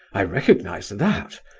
i recognize that.